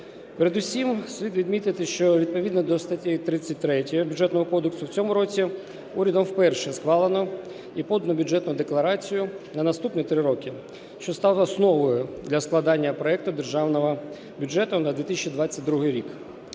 Передусім слід відмітити, що відповідно до статті 33 Бюджетного кодексу в цьому році урядом вперше схвалено і подано Бюджетну декларацію на наступні три роки, що стало основою для складання проекту Державного бюджету на 2022 рік.